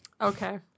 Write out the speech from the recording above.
Okay